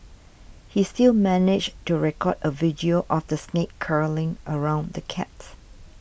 he still managed to record a video of the snake curling around the cat